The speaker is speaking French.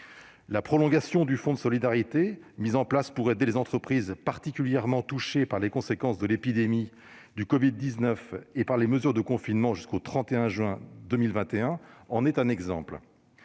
La prolongation du fonds de solidarité mis en place pour aider les entreprises particulièrement touchées par les conséquences de l'épidémie de covid-19 et par les mesures de confinement jusqu'au 30 juin 2021 en est un exemple.